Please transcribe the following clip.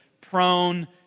prone